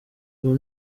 ubu